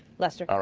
lester? ah